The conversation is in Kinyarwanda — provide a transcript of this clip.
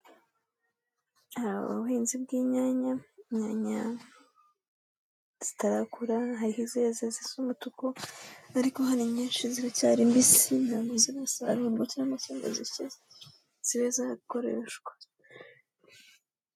Ubuhinzi bw'inyanya, inyanya zitarakura, hariho izeze zisa umutuku, ariko hari nyinshi ziracyari mbisi, ntago zirasarurwa cyangwa ngo zishye zibe zarakoreshwa.